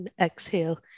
exhale